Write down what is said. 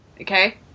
Okay